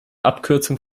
abkürzung